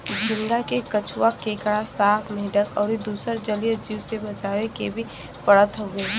झींगा के कछुआ, केकड़ा, सांप, मेंढक अउरी दुसर जलीय जीव से बचावे के भी पड़त हवे